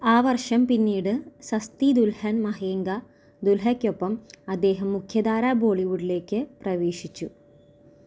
ആ വർഷം പിന്നീട് സസ്തി ദുൽഹൻ മഹേംഗ ദുൽഹയ്ക്കൊപ്പം അദ്ദേഹം മുഖ്യധാരാ ബോളിവുഡിലേക്ക് പ്രവേശിച്ചു